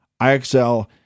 IXL